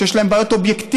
שיש להם בעיות אובייקטיביות.